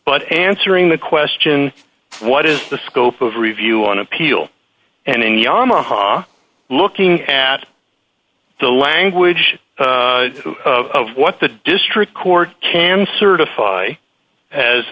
but answering the question what is the scope of review on appeal and in yamaha looking at the language of what the district court can certify